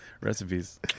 Recipes